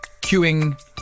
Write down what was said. queuing